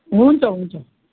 हुन्छ हुन्छ